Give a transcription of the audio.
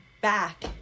back